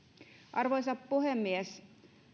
arvoisa puhemies